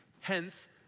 Hence